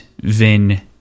vin